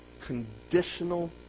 conditional